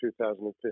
2015